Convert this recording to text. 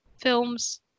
films